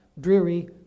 dreary